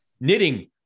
knitting